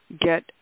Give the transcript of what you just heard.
Get